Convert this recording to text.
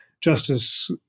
justice